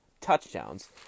touchdowns